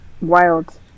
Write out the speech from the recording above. Wild